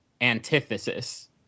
antithesis